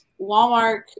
Walmart